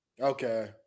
Okay